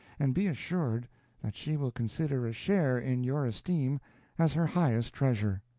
and be assured that she will consider a share in your esteem as her highest treasure.